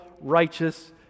righteous